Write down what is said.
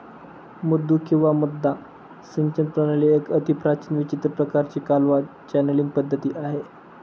मुद्दू किंवा मद्दा सिंचन प्रणाली एक अतिप्राचीन विचित्र प्रकाराची कालवा चॅनलींग पद्धती आहे